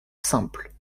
simples